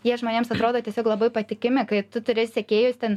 jie žmonėms atrodo tiesiog labai patikimi kai tu turi sekėjus ten